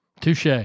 Touche